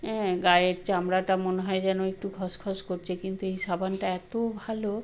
অ্যাঁ গায়ের চামড়াটা মনে হয় যেন একটু খসখস করছে কিন্তু এই সাবানটা এতো ভালো